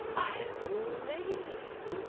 i am amazed.